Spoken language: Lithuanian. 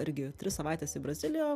irgi tris savaites į braziliją